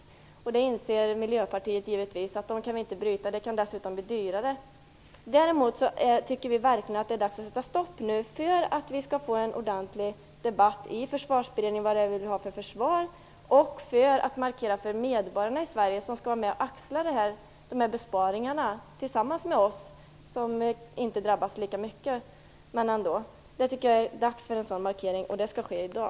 Miljöpartiet inser givetvis att vi inte kan bryta dessa kontrakt - det skulle dessutom kunna bli dyrare. Däremot tycker vi verkligen att det är dags att sätta stopp nu för att få en ordentlig debatt i Försvarsberedningen om vad vi vill ha för försvar och för att göra en markering för medborgarna i Sverige, som ju skall vara med och axla besparingarna tillsammans med oss som inte drabbas lika mycket. Jag tycker det är dags för en sådan markering, och att den skall ske i dag!